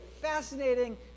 fascinating